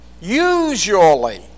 Usually